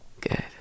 Good